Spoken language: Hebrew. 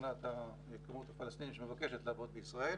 מבחינת הכמות הפלסטינית שמבקשת לעבוד בישראל